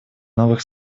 новых